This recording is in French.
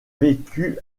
vécu